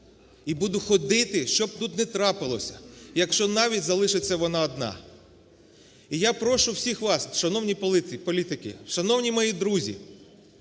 і буду ходити, що б тут не трапилося, якщо навіть залишиться вона одна. І я прошу всіх вас, шановні політики, шановні мої друзі,